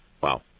Wow